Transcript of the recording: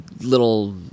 little